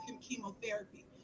chemotherapy